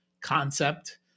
concept